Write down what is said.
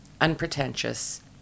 unpretentious